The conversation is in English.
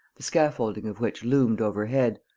the scaffolding of which loomed overhead,